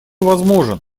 возможен